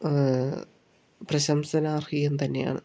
പ്രശംസനാർഹീയം തന്നെയാണ്